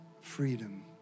Freedom